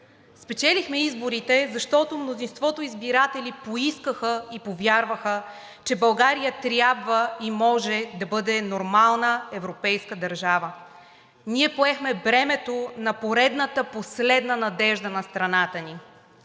Спечелихме изборите, защото мнозинството избиратели поискаха и повярваха, че България трябва и може да бъде нормална европейска държава. Ние поехме бремето на поредната последна надежда на страната ни.